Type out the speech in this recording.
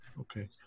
Okay